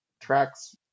tracks